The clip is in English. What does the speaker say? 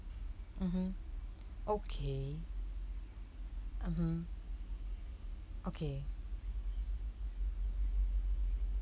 mmhmm okay mmhmm okay